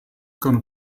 gonna